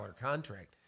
contract